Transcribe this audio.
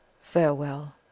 Farewell